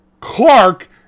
Clark